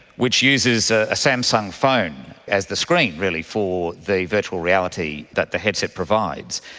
which uses ah a samsung phone as the screen really for the virtual reality that the headset provides,